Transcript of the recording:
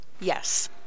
Yes